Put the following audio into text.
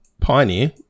Pioneer